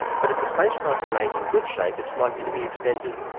but if the spacecraft remains in good shape, it's likely to be extended.